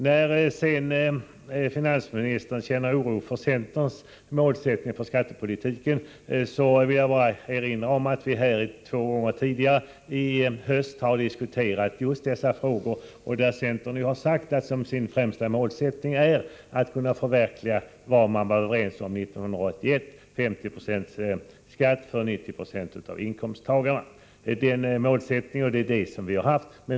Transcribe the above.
När finansministern säger sig känna oro för centerns målsättning för skattepolitiken vill jag erinra om att vi två gånger tidigare i höst här i riksdagen har diskuterat just dessa frågor. Vi har därvid sagt att centerns främsta mål är att kunna förverkliga det som man var överens om 1981 — 50 90 skatt för 90 20 av inkomsttagarna. Det är den målsättning vi har haft.